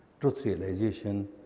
truth-realization